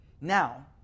Now